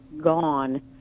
gone